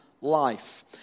life